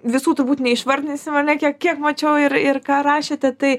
visų turbūt neišvardinsim ar ne kiek kiek mačiau ir ką rašėte tai